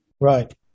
Right